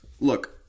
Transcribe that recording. look